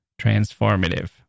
transformative